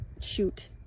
shoot